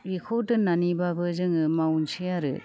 बेखौ दोननानैबाबो जोङो मावसै आरो